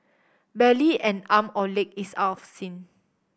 barely an arm or leg is out of sync